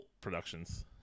productions